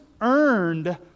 earned